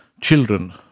children